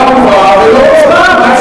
הצבעת במליאה, פה.